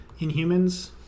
Inhumans